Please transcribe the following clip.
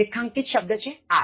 રેખાંકિત શબ્દ છે are 5